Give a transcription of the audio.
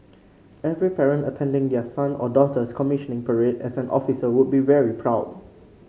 every parent attending their son or daughter's commissioning parade as an officer would be very proud